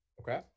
Okay